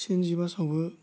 सिनजि बासावबो